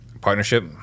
partnership